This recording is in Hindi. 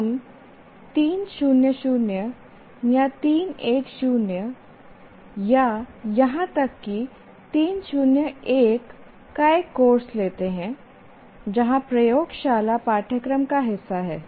हम 3 0 0 या 3 1 0 या यहां तक कि 3 0 1 का एक कोर्स लेते हैं जहां प्रयोगशाला पाठ्यक्रम का हिस्सा है